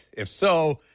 if so,